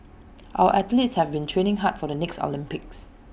our athletes have been training hard for the next Olympics